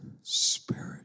spirit